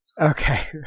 Okay